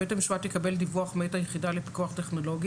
"בית המשפט יקבל דיווח מעת היחידה לפיקוח טכנולוגי".